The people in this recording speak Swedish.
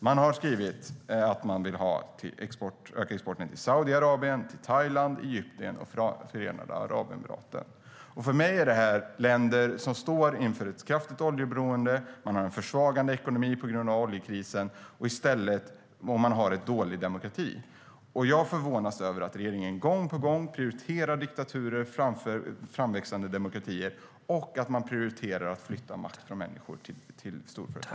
Man har skrivit att man vill öka exporten till Saudiarabien, Thailand, Egypten och Förenade Arabemiraten. För mig är detta länder som står inför ett kraftigt oljeberoende, som har en försvagad ekonomi på grund av oljekrisen och som har en dålig demokrati. Jag förvånas över att regeringen gång på gång prioriterar diktaturer framför framväxande demokratier och prioriterar att flytta makt från människor till storföretag.